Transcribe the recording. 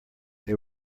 they